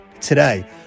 today